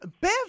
Bev